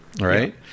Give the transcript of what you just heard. Right